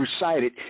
recited